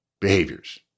behaviors